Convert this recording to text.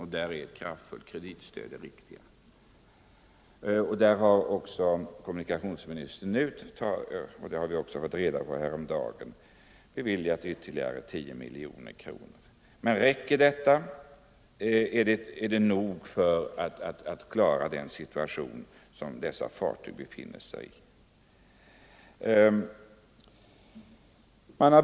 Och där är ett kraftfullt kreditstöd det viktigaste. Kommunikationsministern har ju också, vilket vi fick kännedom om häromdagen, beviljat ytterligare 10 miljoner kronor. Men räcker det? Är det nog för att klara den situation som dessa fartyg i dag befinner sig i?